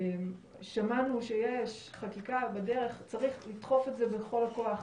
שמענו שיש חקיקה בדרך צריך לדחוף את זה בכל הכוח.